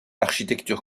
architecture